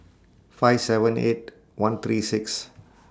five seven eight one three six